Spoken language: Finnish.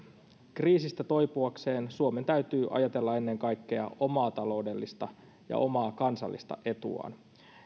kriisistä toipuakseen suomen täytyy ajatella ennen kaikkea omaa taloudellista ja omaa kansallista etuaan